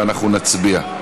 ואנחנו נצביע.